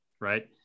Right